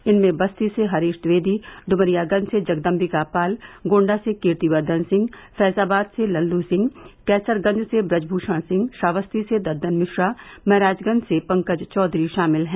इनमें बस्ती से हरीश ट्विवेदी डुमरियागंज से जगदम्बिका पाल गोंडा से कीर्ति वर्धन सिंह फैजाबाद से लल्लू सिंह कैसरगंज से ब्रजभूषण सिंह श्रावस्ती से ददन मिश्रा महराजगंज से पंकज चौधरी शामिल हैं